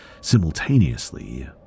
simultaneously